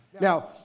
Now